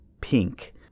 pink